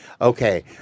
okay